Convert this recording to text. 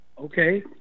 okay